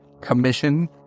commission